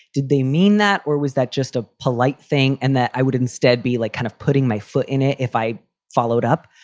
did they mean that or was that just a polite thing? and that i would instead be like kind of putting my foot in it if i followed up.